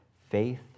Faith